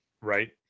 Right